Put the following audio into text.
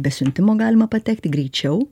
be siuntimo galima patekti greičiau